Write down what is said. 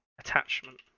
attachment